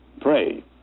pray